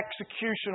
execution